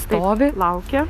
stovi laukia